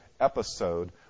episode